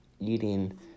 eating